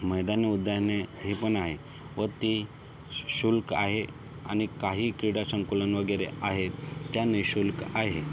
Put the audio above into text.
मैदानं उद्याने हे पण आहे व ते शु शुल्क आहे आणि काही क्रीडा संकुलन वगैरे आहेत त्या नि शुल्क आहेत